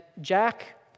Jack